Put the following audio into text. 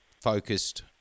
focused